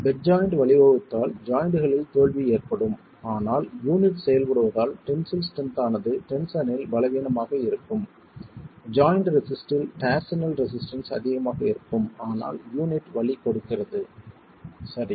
bed joint வழிவகுத்தால் ஜாய்ண்ட்களில் தோல்வி ஏற்படும் ஆனால் யூனிட் செயல்படுவதால் டென்சில் ஸ்ட்ரென்த் ஆனது டென்ஷனில் பலவீனமாக இருக்கும் ஜாய்ண்ட் ரெசிஸ்டில் டார்ஸினல் ஸ்ட்ரென்த் அதிகமாக இருக்கும் ஆனால் யூனிட் வழி கொடுக்கிறது சரி